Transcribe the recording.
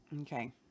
Okay